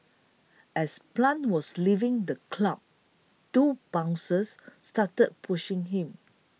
as Plant was leaving the club two bouncers started pushing him